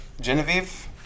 Genevieve